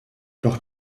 doch